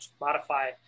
modify